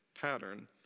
pattern